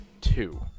two